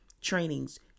trainings